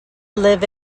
live